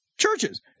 churches